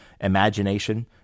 Imagination